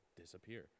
disappear